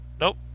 Nope